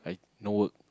no work